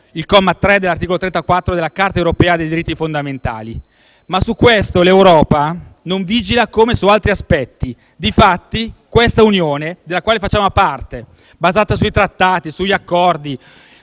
il comma 3 dell'articolo 34 della Carta europea dei diritti fondamentali. Ma su questo l'Europa non vigila come su altri aspetti. Difatti, questa Unione della quale facciamo parte, basata sui trattati, sugli accordi